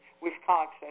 Wisconsin